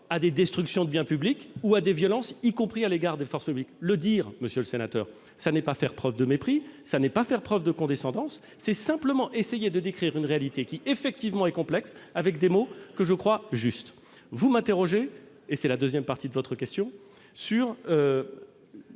de la destruction de biens publics ou de violences, y compris à l'égard de forces publiques ? Le dire, monsieur le sénateur, ce n'est pas faire preuve de mépris, ce n'est pas faire preuve de condescendance : c'est simplement essayer de décrire une réalité qui, effectivement, est complexe, avec des mots que je crois justes. Vous m'interrogez- et c'est la deuxième partie de votre question -sur